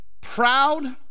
proud